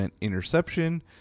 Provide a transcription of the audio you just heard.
interception